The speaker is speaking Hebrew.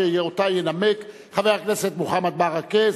שאותה ינמק חבר הכנסת מוחמד ברכה,